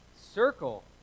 circle